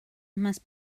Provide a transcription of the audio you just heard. must